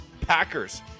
Packers